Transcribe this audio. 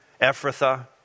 Ephrathah